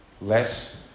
less